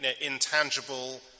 intangible